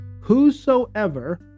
Whosoever